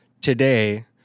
today